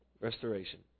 Restoration